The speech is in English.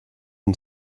and